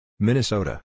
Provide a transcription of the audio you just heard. Minnesota